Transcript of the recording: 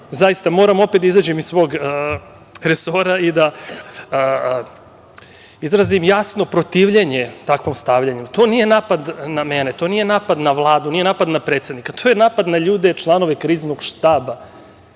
zaista, moram opet da izađem iz svog resora i da izrazim jasno protivljenje takvom stavljanju. To nije napad na mene, to nije napad na Vladu, nije napad na predsednika, to je napad na ljude, članove Kriznog štaba,